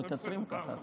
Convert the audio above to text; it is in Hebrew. אנחנו מקצרים ככה.